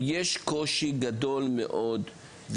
שיש קושי גדול מאוד.